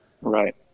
Right